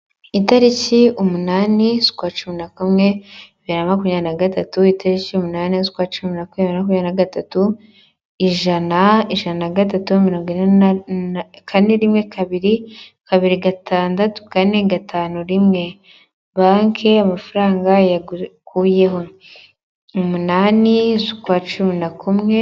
Itariki umunani z'ukwa cumi na kumwe bibiri na makumyabiri na gatatu, itariki umunani z'ukwa cumi na kumwe bibiri na makumyabiri na gatatu, ijana, ijana na gatatu, mirongo ine, kane rimwe kabiri, kabiri gatandatu, kane gatanu rimwe. Banki amafaranga yagukuyeho, umunani z' ukwa cumi na kumwe...